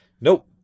nope